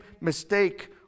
mistake